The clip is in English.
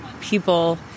people